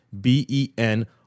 B-E-N